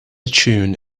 tune